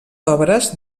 obres